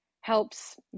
helps